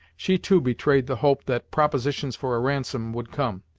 she too betrayed the hope that propositions for a ransom would come,